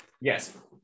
Yes